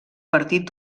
partit